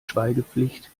schweigepflicht